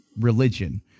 religion